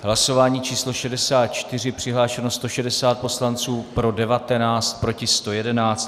Hlasování číslo 64, přihlášeno 160 poslanců, pro 19, proti 111.